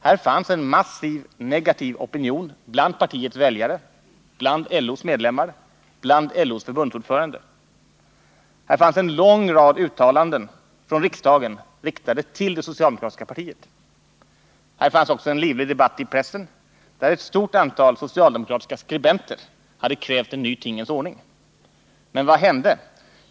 Det fanns en massiv negativ opinion bland partiets väljare, bland LO:s medlemmar, bland LO:s förbundsordförande. Det fanns en lång rad uttalanden från riksdagen riktade till det socialdemokratiska partiet. Det fanns också en livlig debatt i pressen, där ett stort antal socialdemokratiska skribenter hade krävt en ny tingens ordning. Men vad hände?